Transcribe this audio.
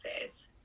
phase